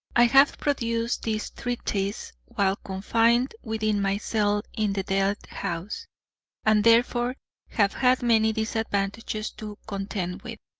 i have produced this treatise while confined within my cell in the death-house, and therefore have had many disadvantages to contend with.